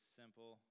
simple